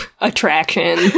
attraction